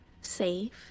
safe